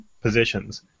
positions